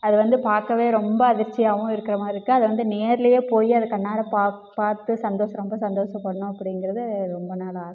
அது வந்து பார்க்கவே ரொம்ப அதிர்ச்சியாகவும் இருக்கிற மாதிரி இருக்கும் அதை வந்து நேர்லேயே போய் அதை கண்ணால் பா பார்த்து சந்தோஷம் ரொம்ப சந்தோஷப்படணும் அப்படிங்கிறது ரொம்ப நாள் ஆசை